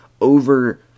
over